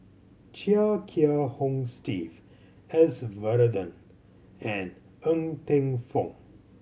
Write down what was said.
Chia Kiah Hong Steve S Varathan and Ng Teng Fong